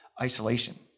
isolation